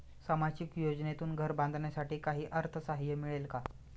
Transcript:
सामाजिक योजनेतून घर बांधण्यासाठी काही अर्थसहाय्य मिळेल का?